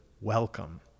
welcome